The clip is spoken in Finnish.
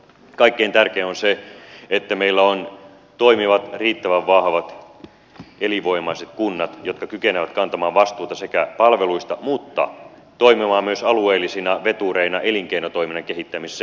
kaikkein tärkein on se että meillä on toimivat riittävän vahvat elinvoimaiset kunnat jotka kykenevät kantamaan vastuuta palveluista mutta toimimaan myös alueellisina vetureina elinkeinotoiminnan kehittämisessä